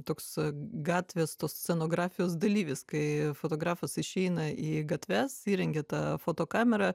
toks gatvės tos scenografijos dalyvis kai fotografas išeina į gatves įrengia tą fotokamerą